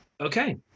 Okay